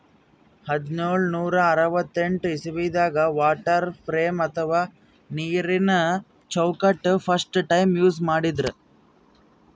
ಹದ್ದ್ನೋಳ್ ನೂರಾ ಅರವತ್ತೆಂಟ್ ಇಸವಿದಾಗ್ ವಾಟರ್ ಫ್ರೇಮ್ ಅಥವಾ ನೀರಿನ ಚೌಕಟ್ಟ್ ಫಸ್ಟ್ ಟೈಮ್ ಯೂಸ್ ಮಾಡಿದ್ರ್